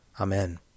Amen